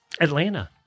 Atlanta